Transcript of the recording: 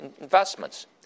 investments